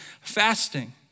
fasting